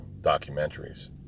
documentaries